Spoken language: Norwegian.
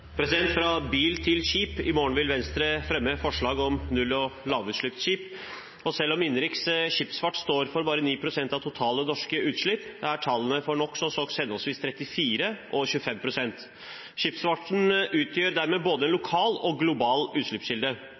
bil til skip: I morgen vil Venstre fremme forslag om null- og lavutslippsskip. Selv om innenriks skipsfart står for bare 9 pst. av totale norske utslipp, er tallene for NOx og SOx henholdsvis 34 pst. og 25 pst. Skipsfarten utgjør dermed både en lokal og en global utslippskilde.